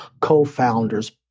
co-founders